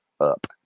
up